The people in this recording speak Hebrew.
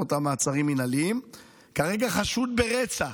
אותם מעצרים מינהליים כרגע חשוד ברצח.